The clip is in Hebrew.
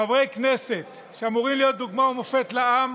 חברי כנסת שאמורים להיות דוגמה ומופת לעם